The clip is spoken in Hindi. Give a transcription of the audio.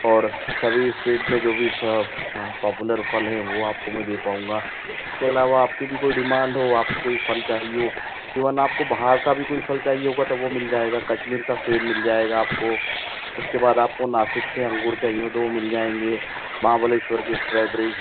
और सभी स्टेट के जो भी फल पॉपुलर फल है वह मैं आपको दे पाऊंगा इसके अलावा आपकी भी कोई डिमांड हो आपको फल चाहिए इवन आपको बाहर का भी कोई फल चाहिए होगा तो वह मिल जाएगा कश्मीर का सेब मिल जायगा आपको उसके बाद आपको नासिक से अंगूर चाहिए हों तो वह मिल जाएँगे के स्ट्रॉबेरी